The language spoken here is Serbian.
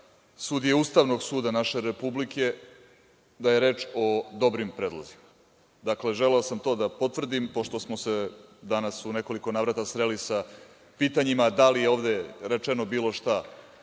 sudije Ustavnog suda naše republike, da je reč o dobrim predlozima. Dakle, želeo sam to da potvrdim, pošto smo se danas u nekoliko navrata sreli sa pitanjima da li je ovde rečeno bilo šta